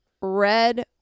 red